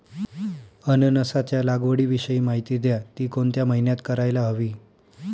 अननसाच्या लागवडीविषयी माहिती द्या, ति कोणत्या महिन्यात करायला हवी?